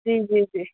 जी जी जी